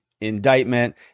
indictment